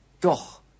doch